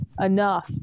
enough